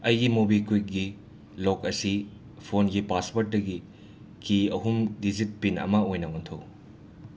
ꯑꯩꯒꯤ ꯃꯣꯕꯤꯀ꯭ꯋꯤꯛꯒꯤ ꯂꯣꯛ ꯑꯁꯤ ꯐꯣꯟꯒꯤ ꯄꯥꯁꯋꯥꯔꯠꯇꯒꯤ ꯀꯤ ꯑꯍꯨꯝ ꯗꯤꯖꯤꯠ ꯄꯤꯟ ꯑꯃ ꯑꯣꯏꯅ ꯑꯣꯟꯊꯣꯛꯎ